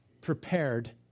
Prepared